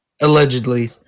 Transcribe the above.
Allegedly